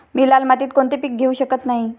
मी लाल मातीत कोणते पीक घेवू शकत नाही?